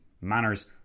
manners